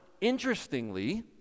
interestingly